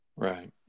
Right